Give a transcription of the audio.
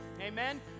Amen